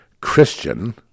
Christian